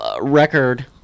record